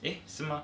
eh 是 mah